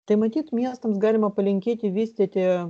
tai matyt miestams galima palinkėti vystyti